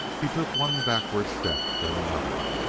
he took one backward step, then another,